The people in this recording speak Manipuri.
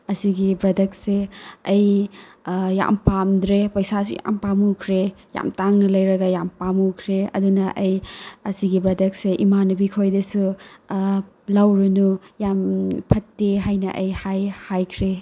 ꯑꯁꯤꯒꯤ ꯄ꯭ꯔꯗꯛꯁꯦ ꯑꯩ ꯌꯥꯝ ꯄꯥꯝꯗ꯭ꯔꯦ ꯄꯩꯁꯥꯁꯨ ꯌꯥꯝ ꯄꯃꯨꯈ꯭ꯔꯦ ꯌꯥꯝ ꯇꯥꯡꯅ ꯂꯩꯔꯒ ꯌꯥꯝ ꯄꯃꯨꯈ꯭ꯔꯦ ꯑꯗꯨꯅ ꯑꯩ ꯑꯁꯤꯒꯤ ꯄ꯭ꯔꯣꯗꯛꯁꯦ ꯏꯃꯥꯟꯅꯕꯤ ꯈꯣꯏꯗꯁꯨ ꯂꯧꯔꯨꯅꯨ ꯌꯥꯝ ꯐꯠꯇꯦ ꯍꯥꯏꯅ ꯑꯩ ꯍꯥꯏꯈ꯭ꯔꯦ